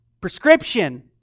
prescription